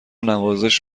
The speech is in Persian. نوازش